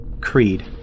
Creed